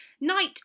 Night